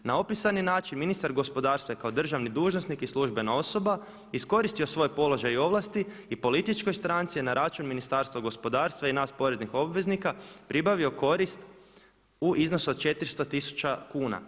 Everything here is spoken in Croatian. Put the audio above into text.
Na opisani način ministar gospodarstva je kao državni dužnosnik i službena osoba iskoristio svoj položaj i ovlasti i političkoj stranci na račun Ministarstva gospodarstva i nas poreznih obveznika pribavio korist u iznosu od 400 tisuća kuna.